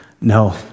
No